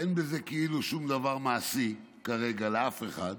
שאין בזה כאילו שום דבר מעשי כרגע לאף אחד.